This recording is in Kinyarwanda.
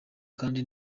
kandi